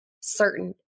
certain